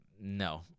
no